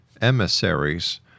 emissaries